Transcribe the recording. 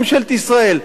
ממשלת ישראל.